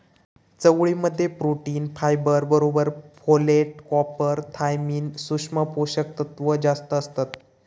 चवळी मध्ये protein, fibre बरोबर फोलेट, कॉपर, थायमिन, सुक्ष्म पोषक तत्त्व जास्तं असतत